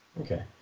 okay